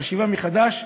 חשיבה מחדש,